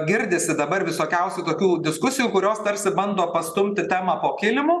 girdisi dabar visokiausių tokių diskusijų kurios tarsi bando pastumti temą po kilimu